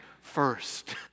first